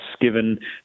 given